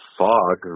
fog